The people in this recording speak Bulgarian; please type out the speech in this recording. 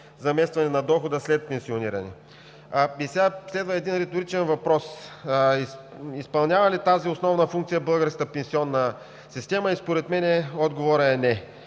заместване на дохода след пенсиониране. Следва един риторичен въпрос: изпълнява ли тази основна функция българската пенсионна система? Според мен отговорът е: не.